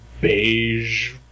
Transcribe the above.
beige-